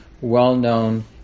well-known